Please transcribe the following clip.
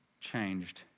changed